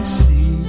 see